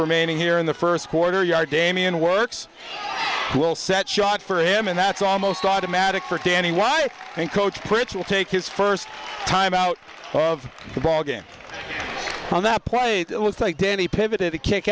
remaining here in the first quarter you are damien works well set shot for him and that's almost automatic for danny why and coach prince will take his first time out of the ballgame on that play it looks like danny pivoted a kick